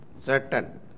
certain